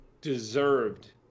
deserved